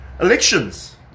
elections